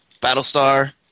Battlestar